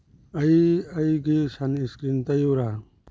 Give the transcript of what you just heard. ꯑꯩ ꯑꯩꯒꯤ ꯁꯟꯏꯁꯀ꯭ꯔꯤꯟ ꯇꯩꯌꯨꯔ